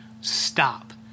stop